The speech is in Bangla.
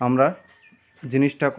আমরা জিনিসটা